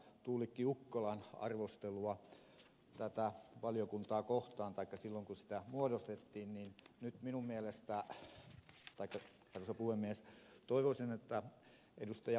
tuulikki ukkolan arvostelua tätä valiokuntaa kohtaan taikka silloin kun sitä muodostettiin niin nyt arvoisa puhemies toivoisin että ed